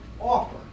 offer